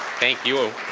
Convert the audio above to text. thank you.